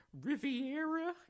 Riviera